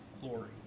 glory